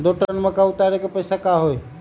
दो टन मक्का उतारे के पैसा का होई?